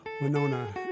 Winona